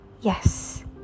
Yes